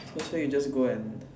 not say you just go and